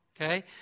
Okay